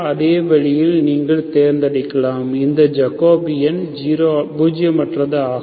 அதே வழியில் நீங்கள் தேர்ந்தெடுத்தால் இந்த ஜக்கோபியன் 0 அற்றது ஆகும்